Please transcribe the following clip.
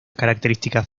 características